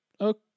okay